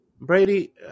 Brady